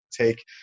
take